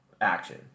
action